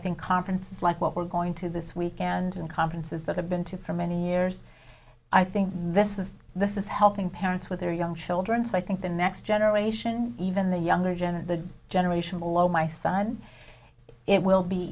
think conferences like what we're going to this week and in conferences that i've been to for many years i think this is this is helping parents with their young children so i think the next generation even the younger jenna the generation below my son it will be